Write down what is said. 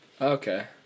Okay